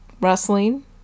wrestling